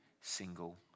single